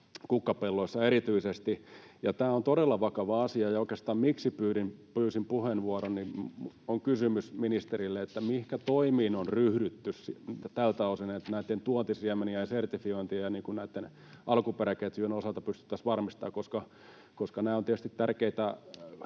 monimuotoisuuskukkapelloissa. Tämä on todella vakava asia. Oikeastaan syy, miksi pyysin puheenvuoron, on kysymys ministerille: mihinkä toimiin on ryhdytty tältä osin, että näitten tuontisiemenien, sertifiointien ja alkuperäketjujen osalta pystyttäisiin varmistamaan? Nämä ovat tietysti tärkeitä